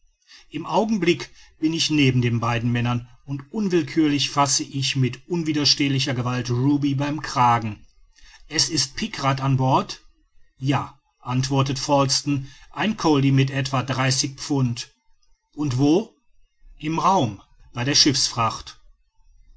im augenblick bin ich neben den beiden männern und unwillkürlich fasse ich mit unwiderstehlicher gewalt ruby beim kragen es ist pikrat an bord ja antwortet falsten ein colli mit etwa dreißig pfund und wo im raum bei der schiffsfracht